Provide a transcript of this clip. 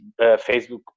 Facebook